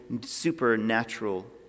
supernatural